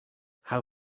how